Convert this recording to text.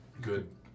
good